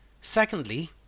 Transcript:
Secondly